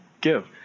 give